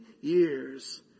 years